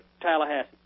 Tallahassee